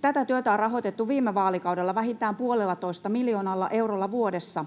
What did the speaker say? Tätä työtä on rahoitettu viime vaalikaudella vähintään puolellatoista miljoonalla eurolla vuodessa.